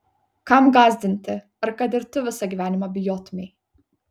kam gąsdinti ar kad ir tu visą gyvenimą bijotumei